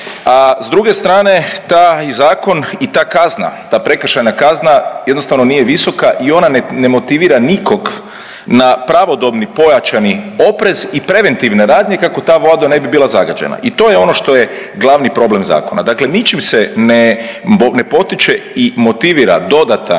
S druge strane, taj Zakon i ta kazna, ta prekršajna kazna jednostavno nije visoka i ona ne motivira nikog na pravodobni pojačani oprez i preventivne radnje kako ta voda ne bi bila zagađena i to je ono što je glavni problem zakona. Dakle ničim se ne potiče i ne motivira dodatan